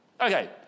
Okay